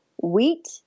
wheat